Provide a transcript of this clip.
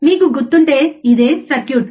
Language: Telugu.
మీకు గుర్తుంటే ఇదే సర్క్యూట్